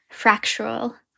fractural